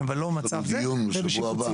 אנחנו בדיון בשבוע הבא,